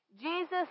Jesus